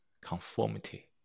conformity